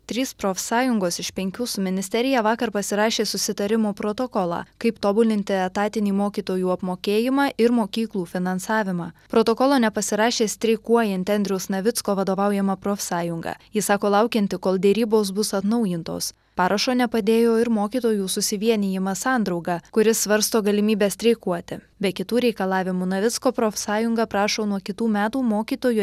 trys profsąjungos iš penkių su ministerija vakar pasirašė susitarimų protokolą kaip tobulinti etatinį mokytojų apmokėjimą ir mokyklų finansavimą protokolo nepasirašė streikuojanti andriaus navicko vadovaujama profsąjunga ji sako laukianti kol derybos bus atnaujintos parašo nepadėjo ir mokytojų susivienijimas sandrauga kuris svarsto galimybę streikuoti be kitų reikalavimų navicko profsąjunga prašo nuo kitų metų mokytojų